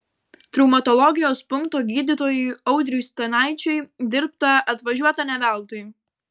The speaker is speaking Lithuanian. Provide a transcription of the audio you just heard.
traumatologijos punkto gydytojui audriui stanaičiui dirbta atvažiuota ne veltui